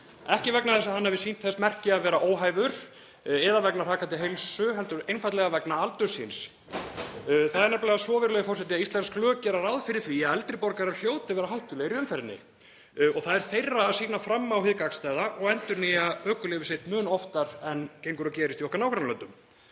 ekki vegna þess að hann hafi sýnt þess merki að vera óhæfur eða vegna hrakandi heilsu heldur einfaldlega vegna aldurs síns. Það er nefnilega svo, virðulegi forseti, að íslensk lög gera ráð fyrir því að eldri borgarar hljóti að vera hættulegir í umferðinni og það er þeirra að sýna fram á hið gagnstæða og endurnýja ökuleyfi sitt mun oftar en gengur og gerist í okkar nágrannalöndum.